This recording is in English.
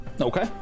Okay